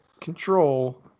control